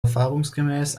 erfahrungsgemäß